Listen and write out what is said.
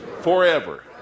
forever